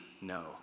No